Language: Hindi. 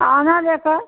आना लेकर